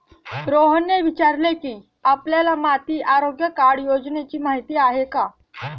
रोहनने विचारले की, आपल्याला माती आरोग्य कार्ड योजनेची माहिती आहे का?